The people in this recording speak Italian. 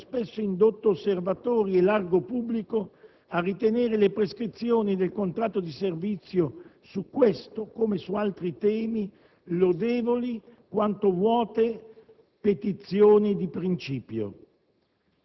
che hanno spesso indotto osservatori e largo pubblico a ritenere le prescrizioni del contratto di servizio, su questo come su altri temi, lodevoli quanto vuote petizioni di principio.